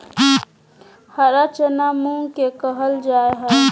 हरा चना मूंग के कहल जा हई